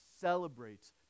celebrates